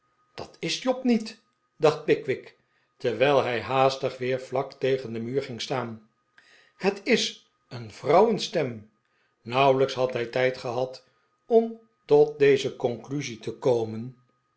dat is job niet dacht pickwick terwijl hij haastig weer vlak tegen den muur ging sta'an het is een vrouwenstem nauwelijks had hij tijd gehad om tot deze conclusie te komen